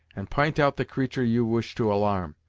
and p'int out the creatur' you wish to alarm.